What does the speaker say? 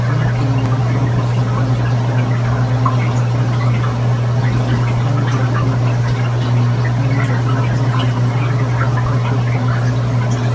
លើសពីនេះ បទពិសោធន៍នេះក៏បានផ្តល់នូវឱកាសដ៏ល្អដើម្បី ស្វែងយល់ពីវប្បធម៌ខ្មែរ និងរបៀបរស់នៅរបស់ប្រជាជនតាមជនបទ។